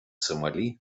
сомали